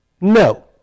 No